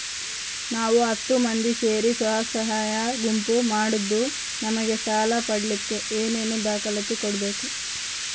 ನಾವು ಹತ್ತು ಮಂದಿ ಸೇರಿ ಸ್ವಸಹಾಯ ಗುಂಪು ಮಾಡಿದ್ದೂ ನಮಗೆ ಸಾಲ ಪಡೇಲಿಕ್ಕ ಏನೇನು ದಾಖಲಾತಿ ಕೊಡ್ಬೇಕು?